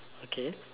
okay